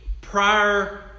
prior